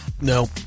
No